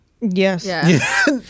Yes